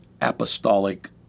apostolic